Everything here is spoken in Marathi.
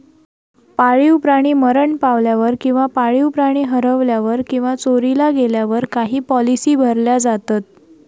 पाळीव प्राणी मरण पावल्यावर किंवा पाळीव प्राणी हरवल्यावर किंवा चोरीला गेल्यावर काही पॉलिसी भरल्या जातत